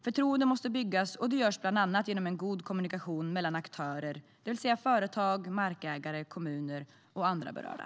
Förtroende måste byggas, och det görs bland annat genom en god kommunikation mellan aktörer, det vill säga företag, markägare, kommuner och andra berörda.